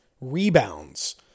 rebounds